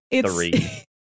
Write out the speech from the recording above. three